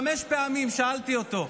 חמש פעמים שאלתי אותו: